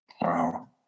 Wow